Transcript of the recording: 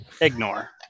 Ignore